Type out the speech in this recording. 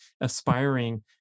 aspiring